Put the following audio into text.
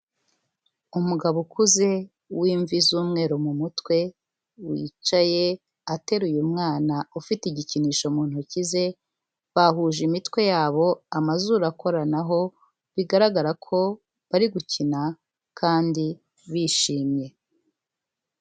Umugabo ukuze w'imvi z'umweru mu mutwe wicaye ateruye umwana ufite igikinisho mu ntoki ze, bahuje imitwe y'abo, amazuru akoranaho bigaragara ko bari gukina kandi bishimye.